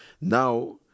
Now